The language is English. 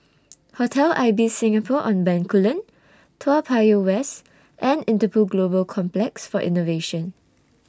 Hotel Ibis Singapore on Bencoolen Toa Payoh West and Interpol Global Complex For Innovation